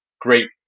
great